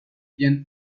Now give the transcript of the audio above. bien